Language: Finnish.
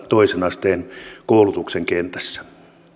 toisen asteen koulutuksen kentässä